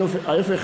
ההפך,